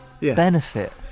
benefit